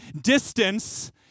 Distance